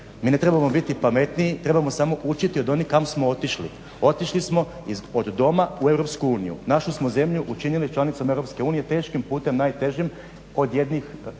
mi ne trebamo biti pametniji trebamo samo učiti od onih. Kamo smo otišli? Otišli smo od doma u EU. Našu smo zemlju učinili članicom EU teškim putem najtežim od jednih